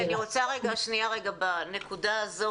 אני רוצה רגע בנקודה הזו,